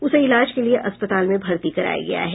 उसे इलाज के लिये अस्पताल में भर्ती कराया गया है